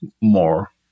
more